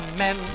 men